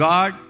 God